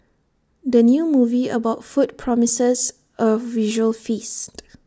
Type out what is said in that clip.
the new movie about food promises A visual feast